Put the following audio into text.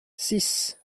six